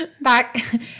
Back